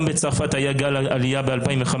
גם בצרפת היה גל עלייה ב-2015,